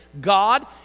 God